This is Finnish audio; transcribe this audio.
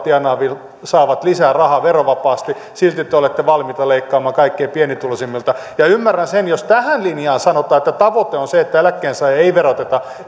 eroa tienaavat saavat lisää rahaa verovapaasti silti te te olette valmiita leikkaamaan kaikkein pienituloisimmilta ja ymmärrän sen jos tähän linjaan sanotaan että tavoite on se että eläkkeensaajia ei veroteta